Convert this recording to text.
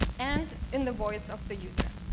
and in the voice of the user.